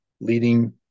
leading